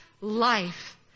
life